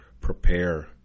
prepare